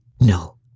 no